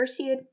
Perseid